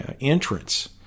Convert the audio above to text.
entrance